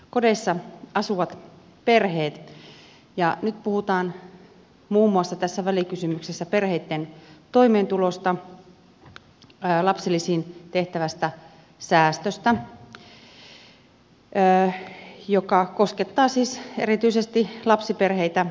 kodeissa asuvat perheet ja nyt puhutaan muun muassa tässä välikysymyksessä perheitten toimeentulosta lapsilisiin tehtävästä säästöstä joka koskettaa siis erityisesti lapsiperheitä